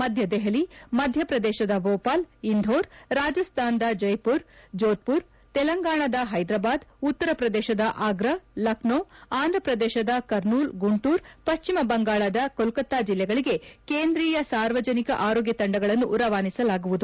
ಮಧ್ಯ ದಹೆಲಿ ಮಧ್ಯಪ್ರದೇಶದ ಭೂಪಾಲ್ ಇಂಧೋರ್ ರಾಜಸ್ತಾನ್ದ ಜೈಪುರದ ಜೋದ್ಪುರ್ ತೆಲಂಗಾಣದ ಹೈದರಾಬಾದ್ ಉತ್ತರ ಪ್ರದೇಶದ ಆಗ್ರಾ ಲಕ್ಷ್ವಿ ಆಂಧ್ರಪ್ರದೇಶದ ಕರ್ನೂಲ್ ಗುಂಟೂರ್ ಪಶ್ಚಿಮ ಬಂಗಾಳದ ಕೊಲ್ಕತಾ ಜಿಲ್ಲೆಗಳಿಗೆ ಕೇಂದ್ರಿಯಾ ಸಾರ್ವಜನಿಕ ಆರೋಗ್ಯ ತಂಡಗಳನ್ನು ರವಾನಿಸಲಾಗುವುದು